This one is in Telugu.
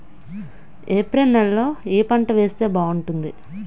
ఏప్రిల్ నెలలో ఏ పంట వేస్తే బాగుంటుంది?